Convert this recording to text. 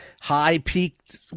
high-peaked